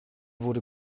wurde